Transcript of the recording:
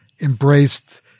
embraced